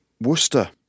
Worcester